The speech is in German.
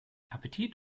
appetit